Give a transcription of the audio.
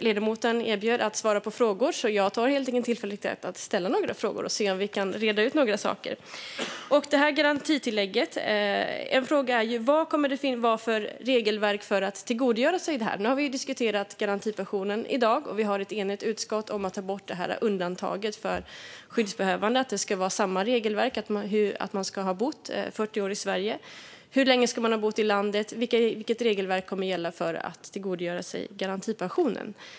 Ledamoten erbjöd sig att svara på frågor. Jag tar helt enkelt tillfället i akt att ställa några frågor och se om vi kan reda ut några saker. Det gäller garantitillägget. En fråga är: Vad kommer det att vara för regelverk för att tillgodogöra sig det? Vi har nu i dag diskuterat garantipensionen. Vi har ett enigt utskott som ställt sig bakom att ta bort undantaget för skyddsbehövande. Det ska vara samma regelverk. Man ska ha bott 40 år i Sverige. Hur länge ska man ha bott i landet? Vilket regelverk kommer att gälla för att tillgodogöra sig garantipensionen?